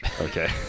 Okay